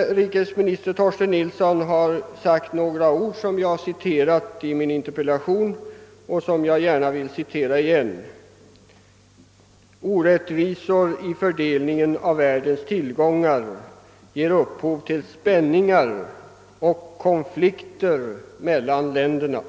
Utrikesminister Torsten Nilsson har sagt några ord som jag citerat i min interpellation och som jag delvis vill citera även nu: »Orättvisor i fördelningen av världens tillgångar ger upphov till spänningar och konflikter inom och mellan länderna.»